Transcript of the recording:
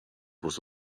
was